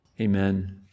Amen